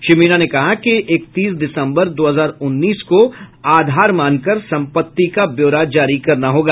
श्री मीणा ने कहा कि इकतीस दिसम्बर दो हजार उन्नीस को आधार मानकर सम्पत्तियों का ब्योरा जारी करना होगा